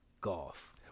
golf